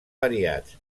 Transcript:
variats